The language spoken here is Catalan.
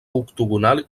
octogonal